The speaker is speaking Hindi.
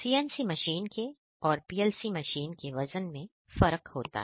CNC मशीन के और PLC मशीन के वजन में फरक होता है